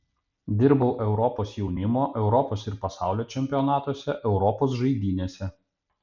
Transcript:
dirbau europos jaunimo europos ir pasaulio čempionatuose europos žaidynėse